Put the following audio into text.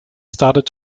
started